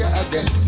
again